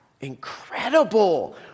incredible